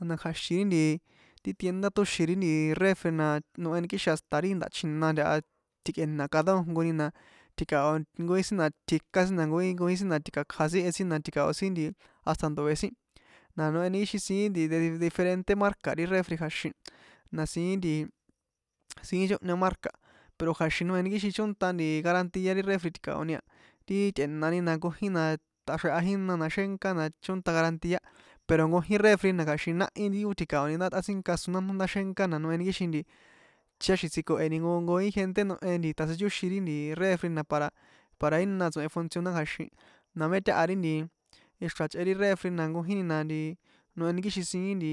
Na kja̱xin ri nti ti tienda tóxin ri nti refri na noehni kixin hasta ri nda̱chjina ntaha tji̱kꞌe̱nani cada jnkojnkoni na tji̱kao nkojin sin na tjikán sin nannkojin sin nanti̱kakja sin e sin na tji̱kao sin hasta ndoe̱ sin na noheni ixi siín de diferente marca ri fefri kja̱xin na siín siín nchóhña marca pero kja̱xin noheni kixin chónta garanti ari refri chóntani a ti tꞌe̱nani nkojin na tꞌaxreha jína na xénka na chónta garantía pero nkojin refri na kja̱xin nahí ti ó tji̱kaoni ndá tꞌatsinka iso nánó na noheni kixin nti ticháxi̱n tsjiko̱heni nko nkojin gente nohe tjasiyóxin ri nti refri na para para jína tso̱hen funcionar kja̱xin na mé taha ri n ti ixra̱ chꞌe ri refri na nkojin na nti siín nti